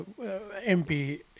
MP